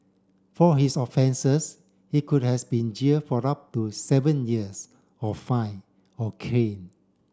for his offences he could has been jail for up to seven years or fined or caned